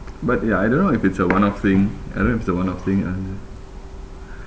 but ya I don't know if it's a one off thing I don't know if it's a one off thing ah ya